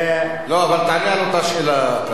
לא, אבל תענה על אותה שאלה.